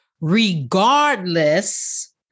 Regardless